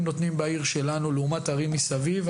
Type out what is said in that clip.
נותנים בעיר שלנו לעומת הערים מסביב,